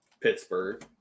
Pittsburgh